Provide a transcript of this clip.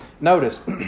Notice